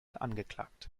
angeklagt